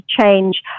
change